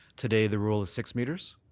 today the rule is six metres.